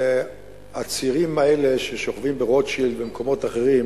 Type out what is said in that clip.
והצעירים האלה ששוכבים ברוטשילד ובמקומות אחרים